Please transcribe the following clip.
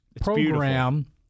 program